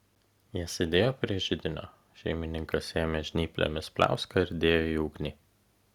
jie sėdėjo prie židinio šeimininkas ėmė žnyplėmis pliauską ir dėjo į ugnį